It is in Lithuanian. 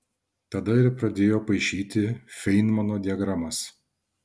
tada ir pradėjau paišyti feinmano diagramas